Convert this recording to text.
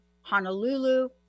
Honolulu